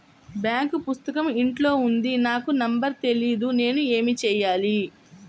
Bank పుస్తకం ఇంట్లో ఉంది నాకు నంబర్ తెలియదు నేను ఏమి చెయ్యాలి?